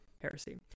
heresy